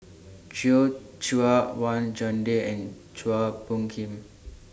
Joi Chua Wang Chunde and Chua Phung Kim